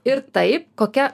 ir taip kokia